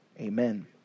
Amen